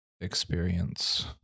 experience